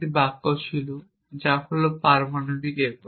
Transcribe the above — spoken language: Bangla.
একটি বাক্য ছিল যা হল পারমাণবিক একক